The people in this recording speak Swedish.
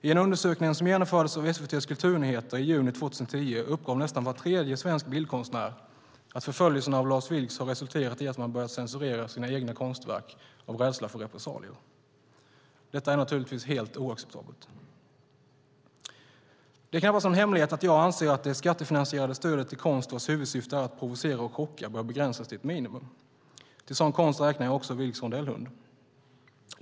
I en undersökning som genomfördes av SVT:s Kulturnyheterna i juni 2010 uppgav nästan var tredje svensk bildkonstnär att förföljelserna av Lars Vilks har resulterat i att man har börjat censurera sina egna konstverk av rädsla för repressalier. Detta är helt oacceptabelt. Det är knappast någon hemlighet att jag anser att det skattefinansierade stödet till konst vars huvudsyfte är att provocera och chocka bör begränsas till ett minimum. Till sådan konst räknar jag också Vilks rondellhund.